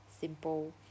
simple